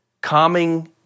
calming